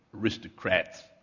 aristocrats